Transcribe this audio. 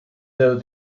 though